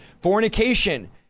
fornication